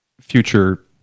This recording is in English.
future